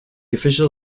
official